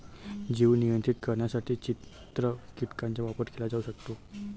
जीव नियंत्रित करण्यासाठी चित्र कीटकांचा वापर केला जाऊ शकतो